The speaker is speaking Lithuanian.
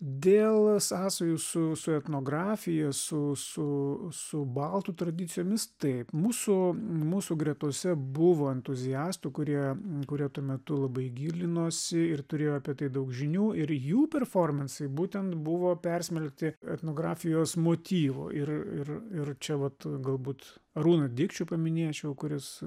dėl sąsajų su su etnografija su su su baltų tradicijomis taip mūsų mūsų gretose buvo entuziastų kurie kurie tuo metu labai gilinosi ir turėjo apie tai daug žinių ir jų performansai būtent buvo persmelkti etnografijos motyvo ir ir ir čia vat galbūt arūną dikčių paminėčiau kuris